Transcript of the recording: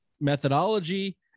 methodology